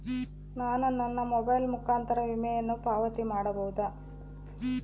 ನಾನು ನನ್ನ ಮೊಬೈಲ್ ಮುಖಾಂತರ ವಿಮೆಯನ್ನು ಪಾವತಿ ಮಾಡಬಹುದಾ?